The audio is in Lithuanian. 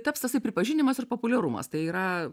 taps tasai pripažinimas ir populiarumas tai yra